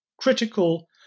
critical